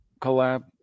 collab